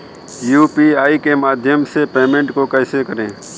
UPI के माध्यम से पेमेंट को कैसे करें?